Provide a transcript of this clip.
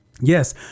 Yes